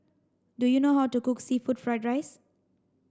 do you know how to cook seafood fried rice